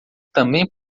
também